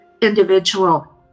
individual